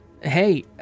Hey